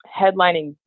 headlining